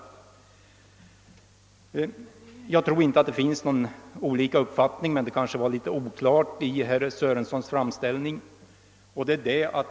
Jag tror inte att det finns några olika uppfattningar, men det kanske var en smula oklart i herr Sörensons framställning.